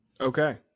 Okay